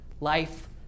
Life